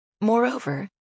Moreover